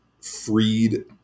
freed